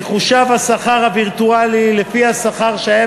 יחושב השכר הווירטואלי לפי השכר שהיה